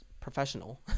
professional